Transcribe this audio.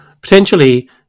potentially